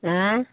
आँय